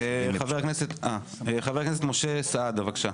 חבר הכנסת משה סעדה, בבקשה.